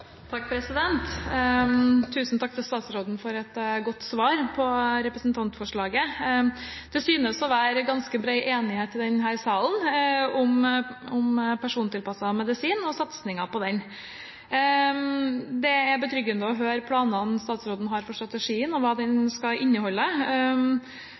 takk til statsråden for et godt svar på representantforslaget. Det synes å være ganske bred enighet i denne salen om persontilpasset medisin og satsingen på den. Det er betryggende å høre planene statsråden har for strategien, og hva den skal inneholde.